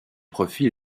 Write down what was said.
profil